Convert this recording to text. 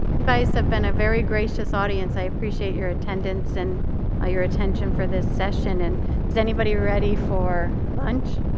you guys have been a very gracious audience. i appreciate your attention so and ah your attention for this session. and is everybody ready for lunch?